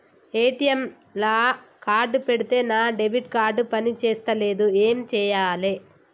ATM లా card పెడితే నా డెబిట్ కార్డ్ పని చేస్తలేదు ఏం చేయాలే?